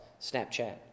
Snapchat